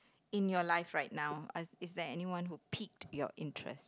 in your life right now is there anyone who pique your interest